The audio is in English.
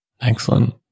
Excellent